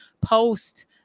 post